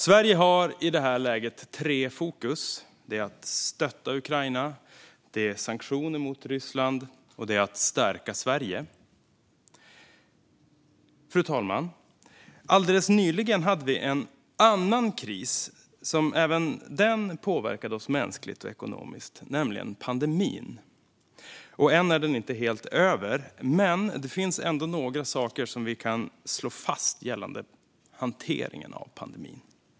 Sverige har i det här läget tre fokus, nämligen att stötta Ukraina, sanktioner mot Ryssland och att stärka Sverige. Fru talman! Alldeles nyligen var det en annan kris som även den påverkade oss mänskligt och ekonomiskt, nämligen pandemin. Än är den inte helt över, men det finns ändå några saker som vi kan slå fast gällande hanteringen av pandemin.